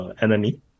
enemy